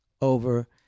over